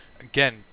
again